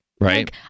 right